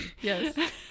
yes